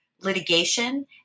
litigation